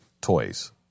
toys